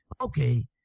Okay